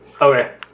Okay